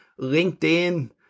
LinkedIn